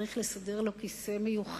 היה צריך לסדר לו כיסא מיוחד,